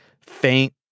faint